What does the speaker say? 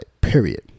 period